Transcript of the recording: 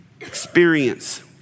experience